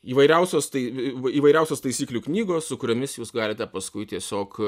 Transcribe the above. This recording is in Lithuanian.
įvairiausios tai įvairiausios taisyklių knygos su kuriomis jūs galite paskui tiesiog